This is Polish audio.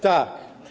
Tak.